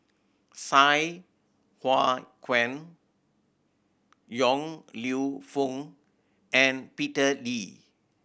Sai Hua Kuan Yong Lew Foong and Peter Lee